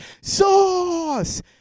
sauce